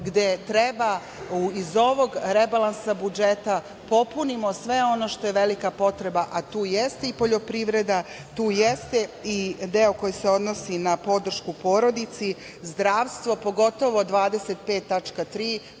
gde treba, iz ovog rebalansa budžeta popunimo sve ono što je velika potreba, a tu jeste i poljoprivreda, tu jeste i deo koji se odnosi na podršku porodici, zdravstvo, pogotovo tačka